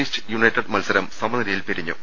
east united മത്സരം സമനിലയിൽ പിരിഞ്ഞു